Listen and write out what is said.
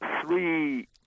three